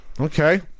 okay